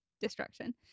destruction